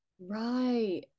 right